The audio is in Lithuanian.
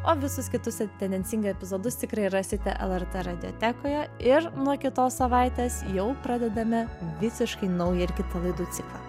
o visus kitus tendencingai epizodus tikrai rasite lrt radiotekoje ir nuo kitos savaitės jau pradedame visiškai naują ir kitą laidų ciklą